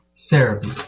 Therapy